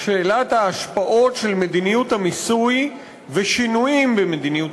שאלת ההשפעות של מדיניות המיסוי ושינויים במדיניות